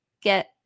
get